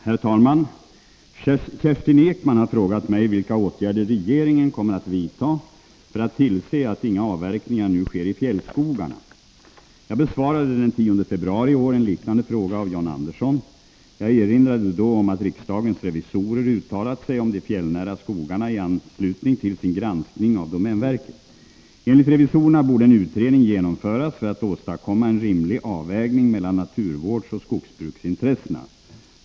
Herr talman! Kerstin Ekman har frågat mig vilka åtgärder regeringen kommer att vidta för att tillse att inga avverkningar nu sker i fjällskogarna. Jag besvarade den 10 februari i år en liknande fråga av John Andersson. Jag erinrade då om att riksdagens revisorer uttalat sig om de fjällnära skogarna i anslutning till sin granskning av domänverket. Enligt revisorerna borde en utredning genomföras för att åstadkomma en rimlig avvägning mellan naturvårdsoch skogsbruksintressena.